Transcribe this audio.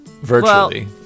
Virtually